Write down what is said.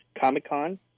Comic-Con